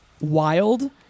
wild